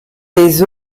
des